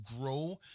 grow